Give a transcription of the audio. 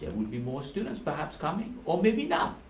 and will be more students perhaps coming, or maybe not.